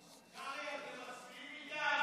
קרעי, אתה מסכים איתם?